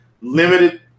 limited